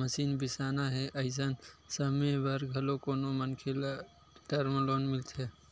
machine बिसाना हे अइसन समे बर घलो कोनो मनखे ल टर्म लोन मिलथे